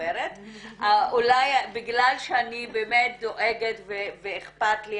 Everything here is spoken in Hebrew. אולי בגלל שאני באמת דואגת ואכפת לי,